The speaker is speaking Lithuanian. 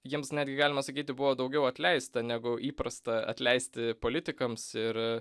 jiems netgi galima sakyti buvo daugiau atleista negu įprasta atleisti politikams ir